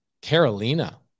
Carolina